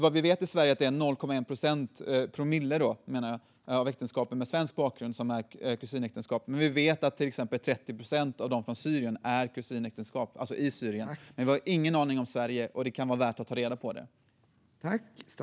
Vad vi vet i Sverige är att det är 0,1 promille av äktenskapen som ingås av personer med svensk bakgrund som är kusinäktenskap. Vi vet att till exempel 30 procent av äktenskapen i Syrien är kusinäktenskap. Men vi har ingen aning om hur det är i Sverige, och det kan vara värt att ta reda på det.